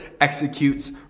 executes